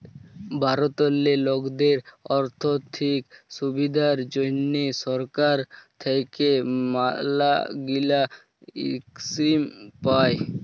ভারতেল্লে লকদের আথ্থিক সুবিধার জ্যনহে সরকার থ্যাইকে ম্যালাগিলা ইস্কিম পায়